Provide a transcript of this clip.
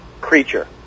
creature